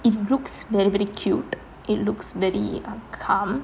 it looks very very cute it looks very err calm